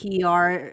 PR